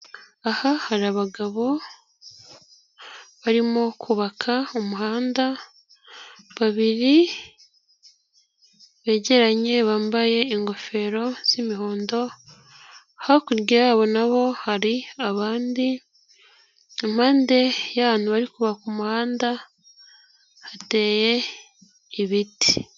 Aha hari abagabo barimo kubaka umuhanda, babiri begeranye bambaye ingofero z'imihondo, hakurya yabo na bo hari abandi, impande y'ahantu bari kubaka umuhanda hateye ibiti.